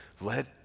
Let